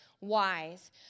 wise